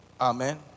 Amen